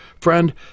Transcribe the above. Friend